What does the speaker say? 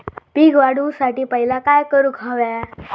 पीक वाढवुसाठी पहिला काय करूक हव्या?